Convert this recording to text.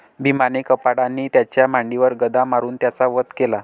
भीमाने कपटाने त्याच्या मांडीवर गदा मारून त्याचा वध केला